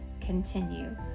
continue